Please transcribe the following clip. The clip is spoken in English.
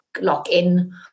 lock-in